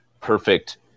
perfect